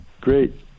Great